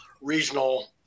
regional